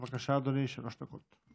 בבקשה, אדוני, שלוש דקות.